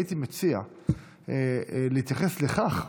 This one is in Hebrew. הייתי מציע להתייחס לכך,